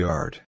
Yard